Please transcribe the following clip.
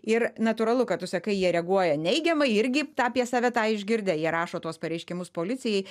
ir natūralu kad tu sakai jie reaguoja neigiamai irgi tą apie save tą išgirdę jie rašo tuos pareiškimus policijai